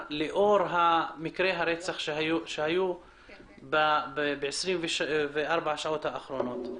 לאור מקרי הרצח שהיו ב-24 שעות האחרונות.